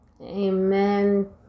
Amen